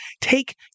take